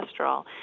cholesterol